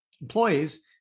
employees